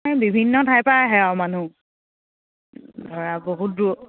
বিভিন্ন ঠাইৰ পৰা আহে আৰু মানুহ ধৰা বহুত দূৰ